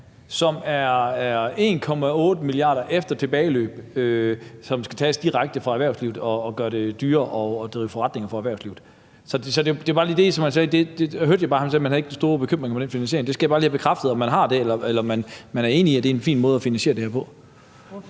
som er 1,8 mia. kr. efter tilbageløb, som skal tages direkte fra erhvervslivet og gøre det dyrere at drive forretninger for erhvervslivet. Så det var bare lige det, og der hørte jeg, at han sagde, at man ikke havde den store bekymring for den finansiering. Der skal jeg bare lige have bekræftet, om man har det, eller om man er enig i, at det er en fin måde at finansiere det her på.